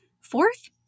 Fourth